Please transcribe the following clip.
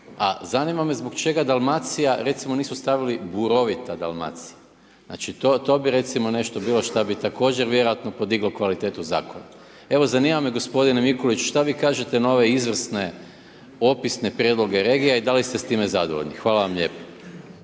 A zanima me zbog čega Dalmacija recimo nisu stavili burovita Dalmacija. Znači to bi recimo nešto bilo šta bi također vjerojatno podiglo kvalitetu zakona. Evo zanima me gospodine Mikulić šta vi kažete na ove izvrsne opisne prijedloge regija i da li ste s time zadovoljni? Hvala vam lijepo.